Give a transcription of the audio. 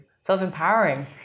self-empowering